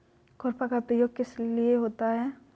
खुरपा का प्रयोग किस लिए होता है?